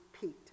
peaked